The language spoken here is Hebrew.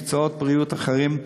מקצועות בריאות אחרים,